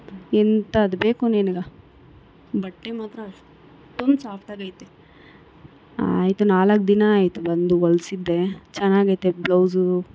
ಎಂಥದ್ ಬೇಕು ನಿನ್ಗೆ ಬಟ್ಟೆ ಮಾತ್ರ ಅಷ್ಟೊಂದ್ ಸಾಫ್ಟಾಗೈತೆ ಆಯಿತು ನಾಲ್ಕು ದಿನ ಆಯಿತು ಬಂದು ಹೊಲ್ಸಿದ್ದೆ ಚೆನ್ನಾಗೈತೆ ಬ್ಲೌಸೂ